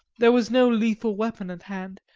there was no lethal weapon at hand,